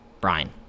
Brian